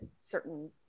certain